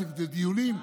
למה?